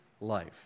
life